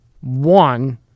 one